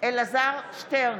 אלעזר שטרן,